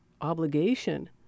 obligation